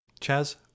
Chaz